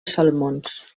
salmons